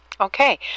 okay